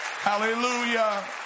Hallelujah